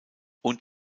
und